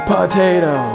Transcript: Potato